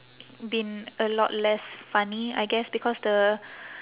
been a lot less funny I guess because the